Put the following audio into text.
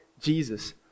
Jesus